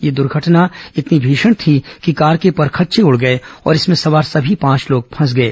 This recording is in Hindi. यह दर्घटना इतनी भीषण थी कि कार के परखच्चे उड़ गए और इसमें सवार सभी पांच लोग फंस गए